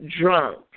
drunk